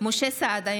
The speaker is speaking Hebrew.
משה סעדה,